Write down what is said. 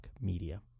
Media